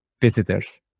visitors